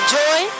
joy